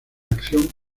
acción